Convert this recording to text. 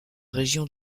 région